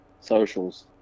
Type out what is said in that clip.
socials